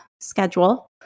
schedule